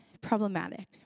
problematic